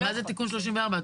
מה זה תיקון 34?